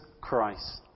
Christ